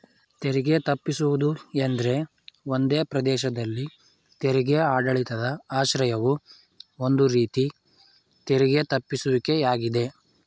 ತೆರಿಗೆ ತಪ್ಪಿಸುವುದು ಎಂದ್ರೆ ಒಂದೇ ಪ್ರದೇಶದಲ್ಲಿ ತೆರಿಗೆ ಆಡಳಿತದ ಆಶ್ರಯವು ಒಂದು ರೀತಿ ತೆರಿಗೆ ತಪ್ಪಿಸುವಿಕೆ ಯಾಗಿದೆ